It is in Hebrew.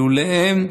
לולא הן,